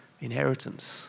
inheritance